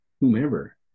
whomever